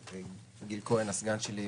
גיל כהן הסגן שלי,